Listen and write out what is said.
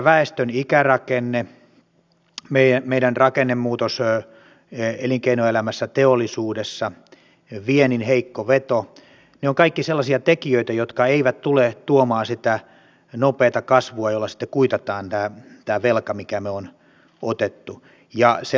meidän väestömme ikärakenne meidän rakennemuutoksemme elinkeinoelämässä teollisuudessa viennin heikko veto ne ovat kaikki sellaisia tekijöitä jotka eivät tule tuomaan sitä nopeata kasvua jolla sitten kuitataan tämä velka minkä me olemme ottaneet